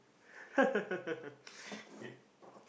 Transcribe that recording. okay